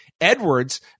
Edwards